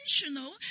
intentional